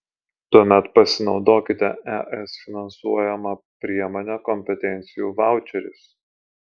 tuomet pasinaudokite es finansuojama priemone kompetencijų vaučeris